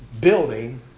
building